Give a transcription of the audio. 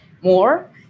more